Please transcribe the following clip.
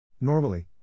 Normally